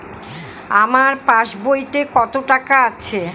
আমার পাস বইতে কত টাকা আছে?